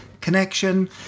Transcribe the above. connection